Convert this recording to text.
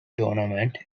tournament